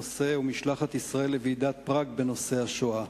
הנושא הוא משלחת ישראל לוועידת פראג בנושא השואה.